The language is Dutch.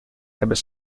hebben